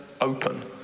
open